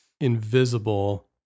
Invisible